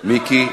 מיקי.